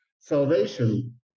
Salvation